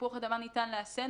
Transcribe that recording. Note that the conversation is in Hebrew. תפוח אדמה ניתן לאחסן,